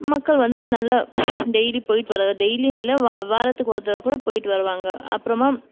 மக்கள் வந்து நல்ல டெயிலி போயிவிட்டு வர டெயிலின் இல்லை வாரத்துக்கு ஒரு தர கூட போயிவிட்டு வருவாங்க அப்புறமா